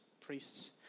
priests